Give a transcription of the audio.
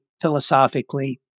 philosophically